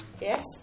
Yes